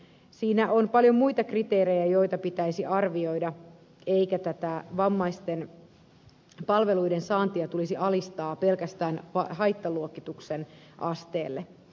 siinä on paljon muita kriteerejä joita pitäisi arvioida eikä tätä vammaisten palveluiden saantia tulisi alistaa pelkästään haittaluokituksen asteelle